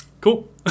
Cool